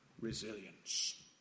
resilience